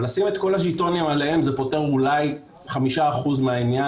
אבל לשים את כל הז'יטונים עליהם זה פותר אולי 5% מהעניין